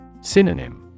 Synonym